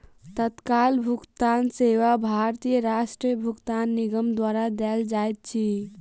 तत्काल भुगतान सेवा भारतीय राष्ट्रीय भुगतान निगम द्वारा देल जाइत अछि